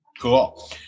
Cool